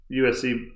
USC